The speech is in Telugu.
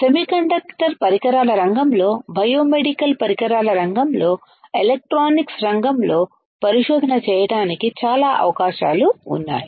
సెమీకండక్టర్ పరికరాల రంగంలో బయోమెడికల్ పరికరాల రంగంలో ఎలక్ట్రానిక్స్ రంగంలో పరిశోధన చేయడానికి చాలా అవకాశాలు ఉన్నాయి